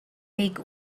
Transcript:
big